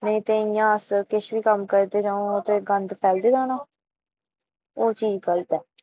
नेईं ते इ'यां अस किश बी कम्म करगे जां ओह् ते गंद पाइयै जाना ओह् चीज गल्त ऐ